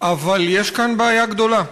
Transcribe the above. אבל יש כאן בעיה גדולה: